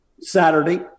Saturday